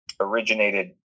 originated